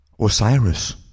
Osiris